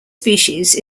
species